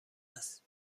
است